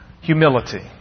humility